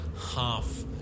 half-